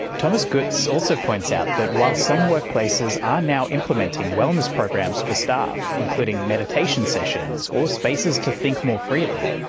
thomas goetz also points out that while some workplaces are now implementing wellness programs for staff, including meditation sessions or spaces to think more freely,